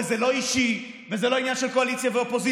וזה לא אישי וזה לא עניין של קואליציה ואופוזיציה,